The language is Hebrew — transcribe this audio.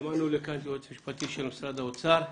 הזמנו לכאן יועץ משפטי של משרד האוצר,